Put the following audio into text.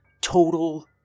total